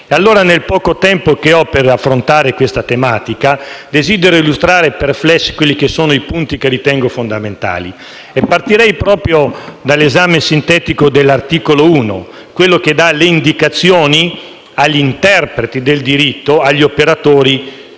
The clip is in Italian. e allora, nel poco tempo che ho per affrontare questa tematica, desidero illustrare per *flash* i punti che ritengo fondamentali. Partirei proprio dall'esame sintetico dell'articolo 1, quello che indica agli interpreti del diritto, agli operatori,